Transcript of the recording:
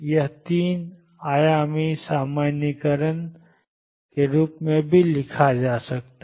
यह 3 आयामी सामान्यीकरण भी लिखा जा सकता है